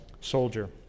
soldier